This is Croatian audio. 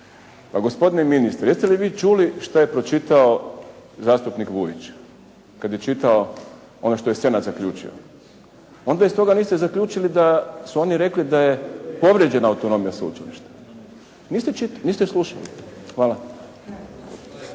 Pa gospodine ministre, jeste li vi čuli što je pročitao zastupnik Vujić kad je čitao ono što je Senat zaključio. Onda iz toga niste zaključili da su oni rekli da je povrijeđena autonomija sveučilišta. Niste čitali, niste slušali. Hvala.